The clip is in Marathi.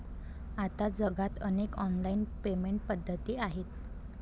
आता जगात अनेक ऑनलाइन पेमेंट पद्धती आहेत